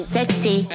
Sexy